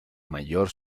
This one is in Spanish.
mayor